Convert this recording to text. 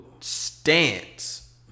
Stance